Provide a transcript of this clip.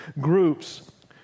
groups